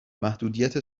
محدودیت